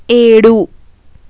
ఏడు